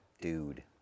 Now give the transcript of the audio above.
dude